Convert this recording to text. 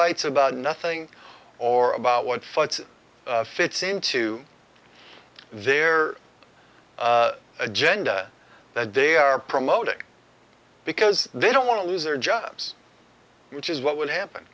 ites about nothing or about what fits into their agenda that they are promoting because they don't want to lose their jobs which is what will happen